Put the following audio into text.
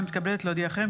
אני מתכבדת להודיעכם,